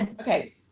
Okay